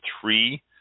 three